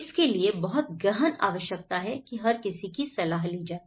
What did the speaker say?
इसके लिए बहुत गहन आवश्यकता है कि हर किसी की सलाह ली जाए